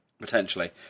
potentially